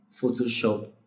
photoshop